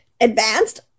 advanced